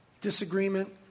disagreement